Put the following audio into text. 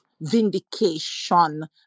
vindication